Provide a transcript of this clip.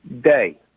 Day